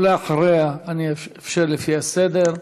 ואחריה אני אאפשר לפי הסדר: